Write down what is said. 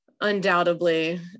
undoubtedly